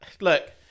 Look